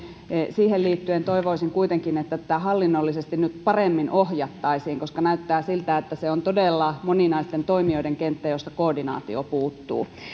siihen liittyen toivoisin kuitenkin että tätä nyt hallinnollisesti paremmin ohjattaisiin koska näyttää siltä että se on todella moninaisten toimijoiden kenttä josta puuttuu koordinaatio